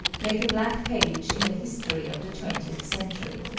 make a black page in the history of the twentieth century.